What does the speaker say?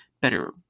better